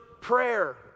prayer